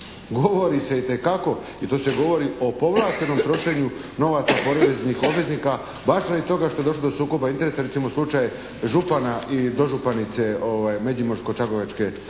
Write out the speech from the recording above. Govori se itekako i to se govori o povlaštenom trošenju novaca poreznih obveznika, baš radi toga što je došlo do sukoba interesa. Recimo, slučaj župana i dožupanice Međimursko-čakovečke